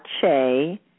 Che